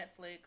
Netflix